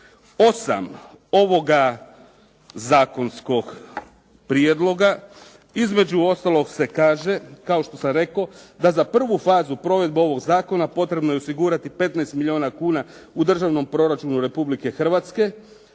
8 ovoga zakonskog prijedloga, između ostalog se kaže kao što sam rekao, da za prvu fazu provedbe ovoga zakona potrebno je osigurati 15 milijuna kuna u državnom proračunu Republike Hrvatske,